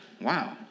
Wow